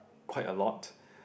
quite a lot